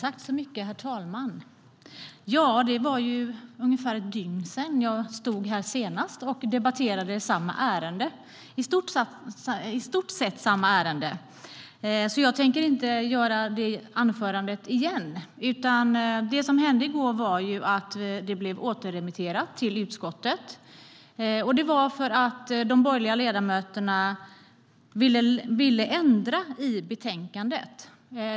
Herr talman! Det var ungefär ett dygn sedan jag stod här och debatterade i stort sett samma ärende. Jag tänker inte hålla det anförandet igen. Det som hände i går var att detta blev återremitterat till utskottet. Det skedde för att de borgerliga ledamöterna ville ändra i betänkandet.